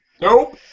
Nope